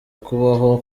kubaho